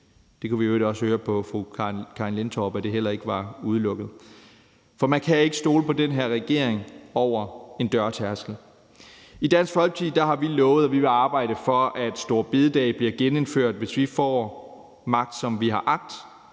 fru Karin Liltorp, at det heller ikke var udelukket. For man kan ikke stole på den her regering over en dørtærskel. I Dansk Folkeparti har vi lovet, at vi vil arbejde for, at store bededag bliver genindført, hvis vi får magt, som vi har agt,